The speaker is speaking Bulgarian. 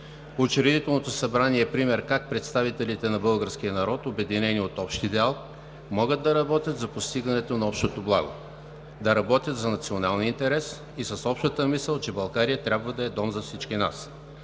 Учредителното събрание е пример как представителите на българския народ, обединени от общ идеал, могат да работят за постигането на общото благо, да работят за националния интерес и с общата мисъл, че България трябва да е дом за всички нас.